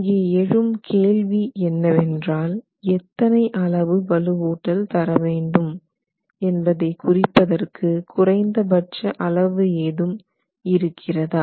இங்கே எழும் கேள்வி என்னவென்றால் எத்தனை அளவு வலுவூட்டல் தரவேண்டும் என்பதை குறிப்பதற்கு குறைந்தபட்ச அளவு ஏதும் இருக்கிறதா